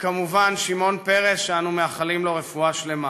וכמובן שמעון פרס, שאנו מאחלים לו רפואה שלמה.